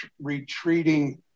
retreating